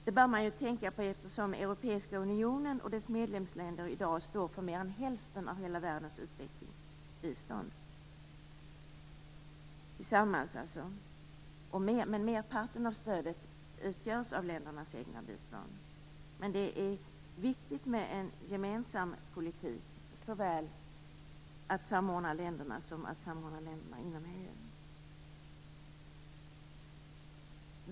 Det bör man tänka på, eftersom Europeiska unionen och dess medlemsländer tillsammans i dag står för mer än hälften av hela världens utvecklingsbistånd. Merparten av stödet utgörs av ländernas egna bistånd. Men det är viktigt med en gemensam politik, såväl när det gäller att samordna länderna som att samordna länderna inom EU.